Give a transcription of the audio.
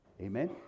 Amen